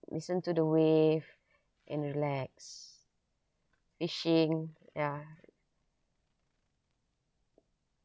listen to the wave and relax fishing ya